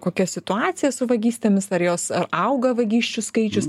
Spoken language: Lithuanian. kokia situacija su vagystėmis ar jos ar auga vagysčių skaičius